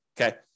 Okay